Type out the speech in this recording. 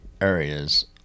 areas